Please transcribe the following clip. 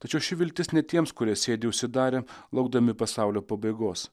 tačiau ši viltis ne tiems kurie sėdi užsidarę laukdami pasaulio pabaigos